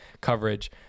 coverage